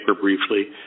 briefly